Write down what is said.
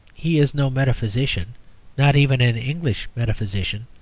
he is no metaphysician not even an english metaphysician,